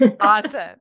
Awesome